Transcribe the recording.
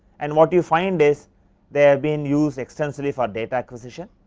and what you find is they are been use extendedly for data acquisition,